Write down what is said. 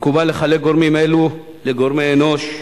מקובל לחלק גורמים אלו לגורמי אנוש,